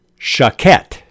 Chaquette